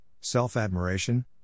self-admiration